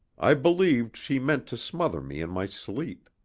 i believed she meant to smother me in my sleep.